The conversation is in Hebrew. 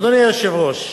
אדוני היושב-ראש,